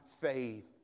faith